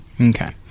Okay